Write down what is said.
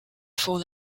four